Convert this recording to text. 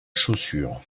chaussure